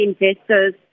investors